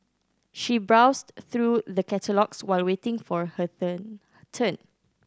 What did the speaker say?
she browsed through the catalogues while waiting for her turn